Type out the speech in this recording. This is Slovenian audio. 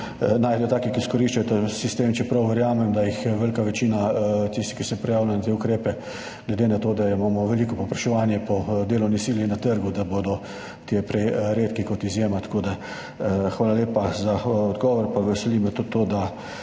najdejo taki, ki izkoriščajo ta sistem, čeprav verjamem, da jih je velika večina tistih, ki se prijavlja na te ukrepe, glede na to, da imamoveliko povpraševanje po delovni sili na trgu, da bodo ti prej redki kot izjema. Hvala lepa za odgovor. Veseli me tudi to, da